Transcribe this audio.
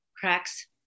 cracks